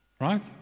Right